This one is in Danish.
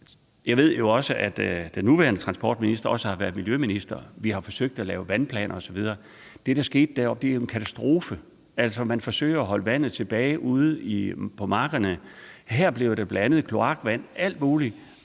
Jeg ved jo, at den nuværende transportminister også har været miljøminister. Vi har forsøgt at lave vandplaner osv. Det, der skete deroppe, er jo en katastrofe. Altså, man forsøger at holde vandet tilbage ude på markerne. Her bliver det blandet med kloakvand og alt muligt,